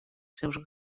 seus